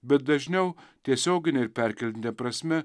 bet dažniau tiesiogine ir perkeltine prasme